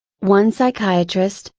one psychiatrist,